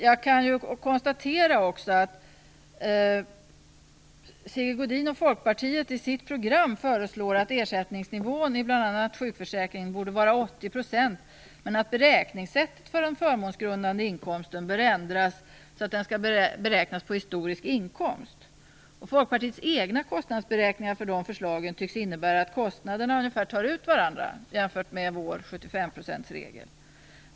Jag kan konstatera att Sigge Godin och Folkpartiet i sitt program föreslår att ersättningsnivån i bl.a. sjukförsäkringen skall vara 80 % men att beräkningssättet för den förmånsgrundande inkomsten skall ändras och inkomsten räknas på historisk inkomst. Folkpartiets egna beräkningar tycks innebära att kostnaderna ungefär tar ut varandra jämfört med vår regel om 75 %.